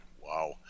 Wow